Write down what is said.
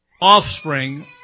offspring